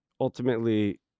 ultimately